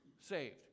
saved